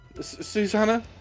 Susanna